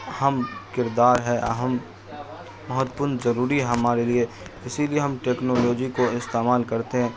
اہم کردار ہے اہم مہتوپورن ضروری ہے ہمارے لیے اسی لیے ہم ٹیکنالوجی کو استعمال کرتے ہیں